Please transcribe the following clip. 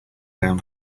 down